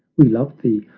we love thee,